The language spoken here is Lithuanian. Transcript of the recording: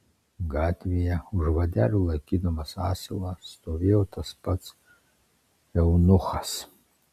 gatvėje už vadelių laikydamas asilą stovėjo tas pats eunuchas